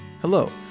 Hello